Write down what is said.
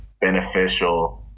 beneficial